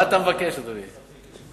מה אתה מבקש, אדוני?